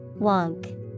Wonk